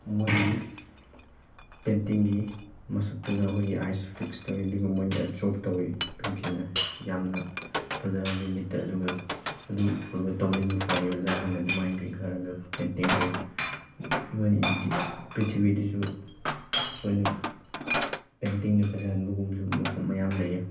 ꯃꯣꯏꯒꯤ ꯄꯦꯟꯇꯤꯡꯒꯤ ꯃꯁꯛꯇꯨꯅ ꯑꯩꯈꯣꯏꯒꯤ ꯑꯥꯏꯁ ꯐꯤꯛꯁ ꯇꯧꯏ ꯑꯗꯨꯒ ꯃꯣꯏꯅ ꯑꯦꯕꯖꯣꯞ ꯇꯧꯏ ꯄꯦꯟꯇꯤꯡꯅ ꯌꯥꯝꯅ ꯐꯖꯍꯜꯂꯤ ꯃꯤꯠꯇ ꯑꯗꯨꯒ ꯑꯗꯨ ꯎꯔꯒ ꯇꯧꯅꯤꯡꯕ ꯐꯥꯎꯏ ꯑꯣꯖꯥꯈꯣꯏꯅ ꯑꯗꯨꯃꯥꯏꯅ ꯀꯩꯀꯩ ꯈꯔꯒ ꯄꯦꯟꯇꯤꯡꯁꯦ ꯏꯕꯟ ꯏꯟ ꯗꯤꯁ ꯄ꯭ꯔꯤꯊꯤꯕꯤꯗꯁꯨ ꯂꯣꯏꯅ ꯄꯦꯟꯇꯤꯡꯗ ꯐꯖꯍꯟꯕꯒꯨꯝꯕꯁꯨ ꯃꯐꯝ ꯃꯌꯥꯝ ꯂꯩꯌꯦ